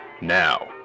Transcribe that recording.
Now